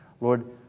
Lord